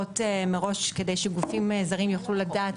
הוראות מראש כדי שגופים זרים יוכלו לדעת.